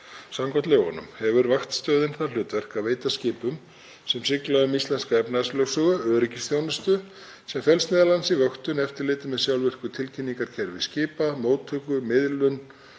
Samkvæmt lögunum hefur vaktstöðin það hlutverk að veita skipum sem sigla um íslenska efnahagslögsögu öryggisþjónustu sem felst meðal annars í vöktun og eftirliti með sjálfvirku tilkynningarkerfi skipa, móttöku og miðlun